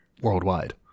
worldwide